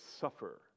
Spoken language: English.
suffer